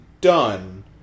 done